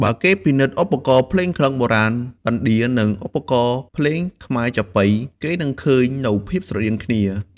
បើគេពិនិត្យឧបករណ៍ភ្លេងក្លិង្គបុរាណឥណ្ឌា និងឧបករណ៍ភ្លេងខ្មែរចាប៉ី គេនឹងឃើញនូវភាពស្រដៀងគ្នា។